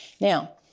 Now